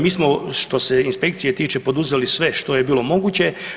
Mi smo što se inspekcije tiče poduzeli sve što je bilo moguće.